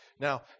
Now